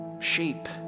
sheep